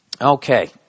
Okay